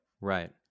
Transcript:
right